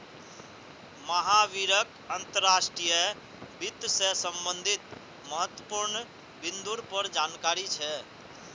महावीरक अंतर्राष्ट्रीय वित्त से संबंधित महत्वपूर्ण बिन्दुर पर जानकारी छे